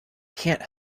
can’t